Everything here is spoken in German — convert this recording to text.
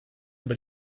über